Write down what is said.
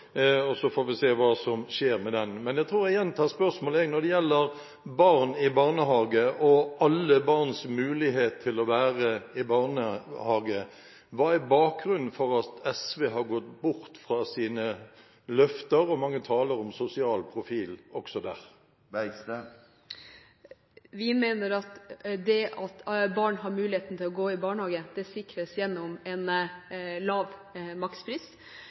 og så får vi se hva som skjer med den. Men jeg tror jeg gjentar spørsmålet: Når det gjelder barn i barnehager, og alle barns mulighet til å være i barnehage, hva er bakgrunnen for at SV har gått bort fra sine løfter og mange taler om sosial profil, også der? Vi mener at det at barn har muligheten til å gå i barnehage, sikres gjennom en lav makspris.